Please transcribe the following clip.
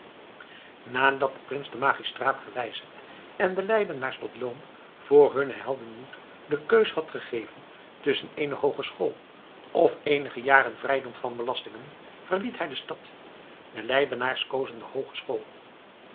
nadat de prins den magistraat gewijzigd en de leidenaars tot loon voor hunnen heldenmoed de keus had gegeven tusschen eene hoogeschool of eenige jaren vrijdom van belastingen verliet hij de stad de leidenaars kozen de hoogeschool